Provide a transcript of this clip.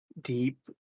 deep